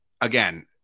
again